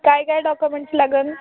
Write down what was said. काय काय डॉकुमेंट्स लागंन